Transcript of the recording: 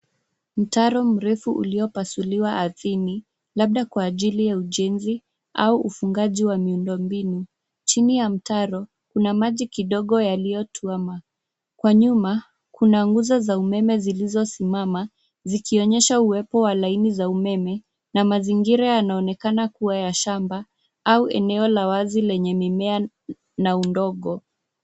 Mtaro mrefu uliyopasuliwa ardhini, labda kwa ajili ya ujenzi au ufungaji wa miundo mbinu. Chini ya mtaro, kuna maji kidogo yaliyotuama. Kwa nyuma, kuna nguzo za umeme zilizosimama, zikionyesha uwepo wa laini za umeme na mazingira yanaonekana kuwa ya shamba au eneo la wazi lenye mimea na udongo.